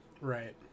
Right